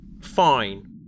Fine